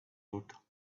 not